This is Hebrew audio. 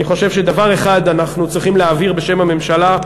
אני חושב שדבר אחד אנחנו צריכים להבהיר בשם הממשלה: